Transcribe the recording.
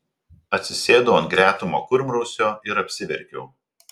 atsisėdau ant gretimo kurmrausio ir apsiverkiau